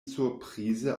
surprize